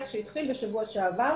שוב, בעקבות השיח שהתחיל בשבוע שעבר,